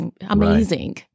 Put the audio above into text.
amazing